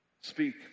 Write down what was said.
Speak